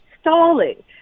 stalling